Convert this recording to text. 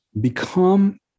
become